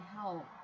help